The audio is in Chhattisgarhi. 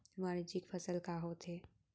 वाणिज्यिक फसल का होथे?